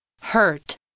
hurt